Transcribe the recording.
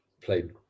played